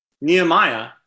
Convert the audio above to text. Nehemiah